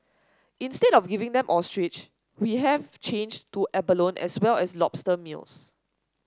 instead of giving them ostrich we have changed to abalone as well as lobster meals